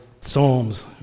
Psalms